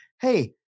hey